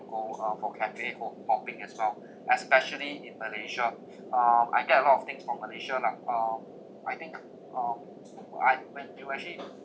go uh for cafe hop~ hopping as well especially in malaysia ah I get a lot of things from malaysia lah um I think uh I recommend for I when you actually